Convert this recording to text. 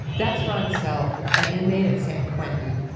that's ron self, an inmate at san quentin.